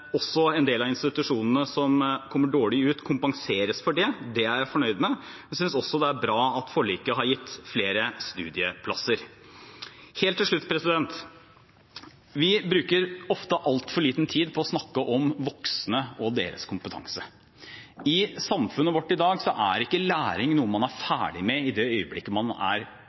også en del av institusjonene som kommer dårlig ut, kompenseres for det. Det er jeg fornøyd med. Jeg synes også det er bra at forliket har gitt flere studieplasser. Helt til slutt: Vi bruker ofte altfor liten tid på å snakke om voksne og deres kompetanse. I samfunnet vårt i dag er ikke læring noe man er ferdig med i det øyeblikket man er